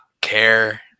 care